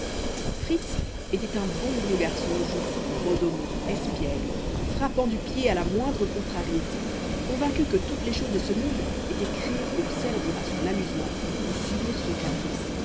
fritz était un bon gros garçon joufflu rodomont espiègle frappant du pied à la moindre contrariété convaincu que toutes les choses de ce monde étaient créées pour servir à son amusement ou subir son caprice